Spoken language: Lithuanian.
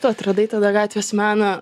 tu atradai tada gatvės meną